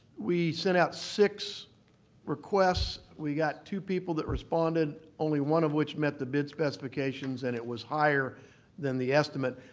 we sent out six requests. we got two people that responded, only one of which met the bid specifications and it was higher than the estimate.